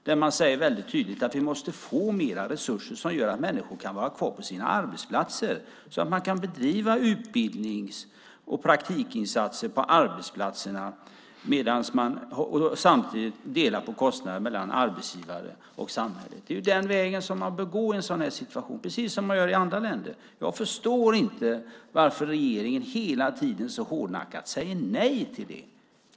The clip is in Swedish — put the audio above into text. Där säger man väldigt tydligt att vi måste få mer resurser som gör att människor kan vara kvar på sina arbetsplatser och så att man kan bedriva utbildnings och praktikinsatser på arbetsplatserna samtidigt som arbetsgivare och samhället delar på kostnaden. Det är den väg man bör gå i en sådan här situation, precis som man gör i andra länder. Jag förstår inte varför regeringen hela tiden så hårdnackat säger nej till det.